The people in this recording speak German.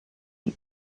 die